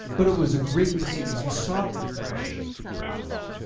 but it was a great way to see it, cause you saw it with fresh eyes.